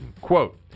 Quote